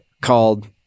called